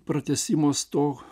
pratęsimas to